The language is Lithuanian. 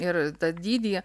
ir tą dydį